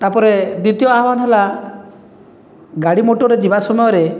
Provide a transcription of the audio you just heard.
ତା'ପରେ ଦିତୀୟ ଆହ୍ୱାନ ହେଲା ଗାଡ଼ି ମୋଟରରେ ଯିବା ସମୟରେ